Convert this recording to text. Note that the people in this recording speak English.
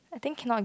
I think cannot